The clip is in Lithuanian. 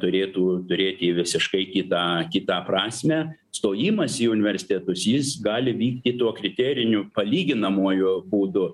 turėtų turėti visiškai kitą kitą prasmę stojimas į universitetus jis gali vykti tuo kriteriniu palyginamuoju būdu